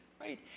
right